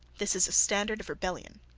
this is a standard of rebellion.